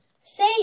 say